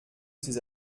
ses